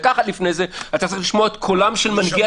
דקה אחת לפני כן אתה צריך לשמוע את קולם של מנהיגי הציבור.